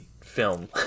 film